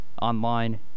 Online